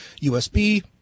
USB